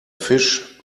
fisch